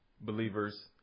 believers